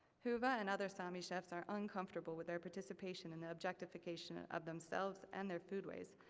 huuva and other sami chefs are uncomfortable with their participation in the objectification of themselves, and their food ways.